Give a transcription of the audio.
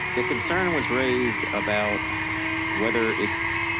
the concern was raised about whether it's,